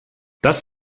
das